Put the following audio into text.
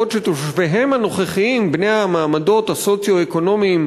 בעוד תושביהן הנוכחיים בני המעמדות הסוציו-אקונומיים